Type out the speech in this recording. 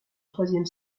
troisième